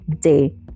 day